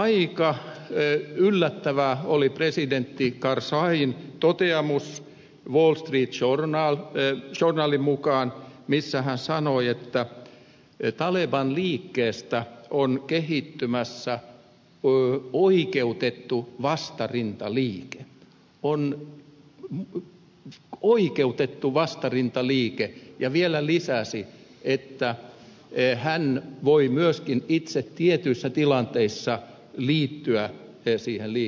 ja aika yllättävä oli wall street journalin mukaan presidentti karzain toteamus moskvit suuren aatteen suldalin mukaan jossa hän sanoi että talebanliikkeestä on kehittymässä oikeutettu vastarintaliike oikeutettu vastarintaliike ja vielä lisäsi että hän voi myöskin itse tietyissä tilanteissa liittyä siihen liikkeeseen